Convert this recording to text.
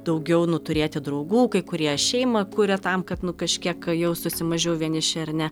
daugiau nu turėti draugų kai kurie šeimą kuria tam kad nu kažkiek jaustųsi mažiau vieniši ar ne